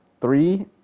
three